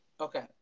Okay